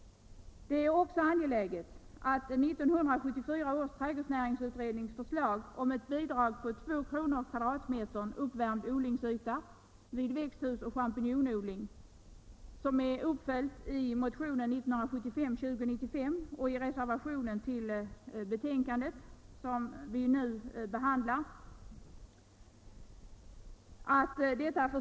Det är också angeläget att riksdagen antar förslaget från 1974 års trädgårdsnäringsutredning om ett bidrag på 2 kr./m” uppvärmd odlingsyta vid växthusoch champinjonodling, som yrkas i motionen 2095 och i reservationen till det betänkande vi nu behandlar.